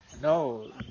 No